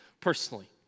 personally